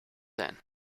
then